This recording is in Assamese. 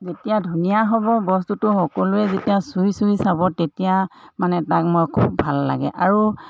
যেতিয়া ধুনীয়া হ'ব বস্তুটো সকলোৱে যেতিয়া চুই চুই চাব তেতিয়া মানে তাক মই খুব ভাল লাগে আৰু